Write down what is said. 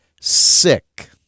Sick